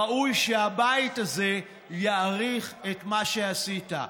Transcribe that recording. ראוי שהבית הזה יעריך את מה שעשית.